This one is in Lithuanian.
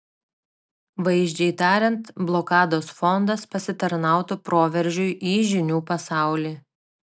vaizdžiai tariant blokados fondas pasitarnautų proveržiui į žinių pasaulį